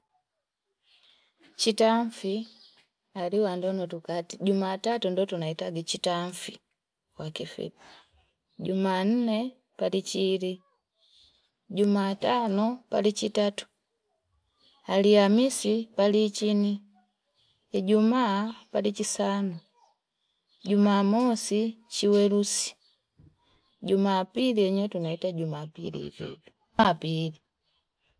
Chitamfi aluandondo tukati, jumatatu ndo tunaitaka chitamfi kwa kifipa, jumanne palichiili, juma tano palichitatu, alhamisi paliichini, ijumaa palichi saanu, jumamosi chiwelusi, jumapili wenyewe tunaita jumapili ivo ivo jumaapili.